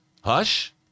Hush